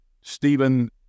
Stephen